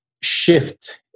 shift